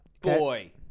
Boy